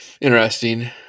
Interesting